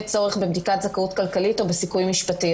צורך בבדיקת זכאות כלכלית או בסיכוי משפטי,